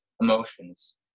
emotions